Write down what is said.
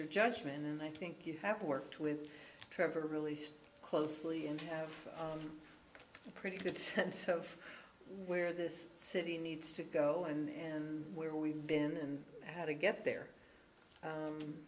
your judgment and i think you have worked with trevor released closely and have a pretty good sense of where this city needs to go and where we've been and how to get there